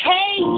Hey